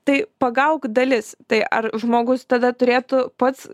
tai pagauk dalis tai ar žmogus tada turėtų pats